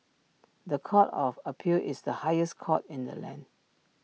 The Court of appeal is the highest court in the land